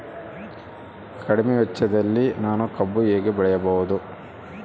ಕಡಿಮೆ ವೆಚ್ಚದಲ್ಲಿ ನಾನು ಕಬ್ಬು ಹೇಗೆ ಬೆಳೆಯಬಹುದು?